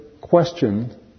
question